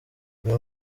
uyu